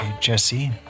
Jesse